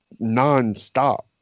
nonstop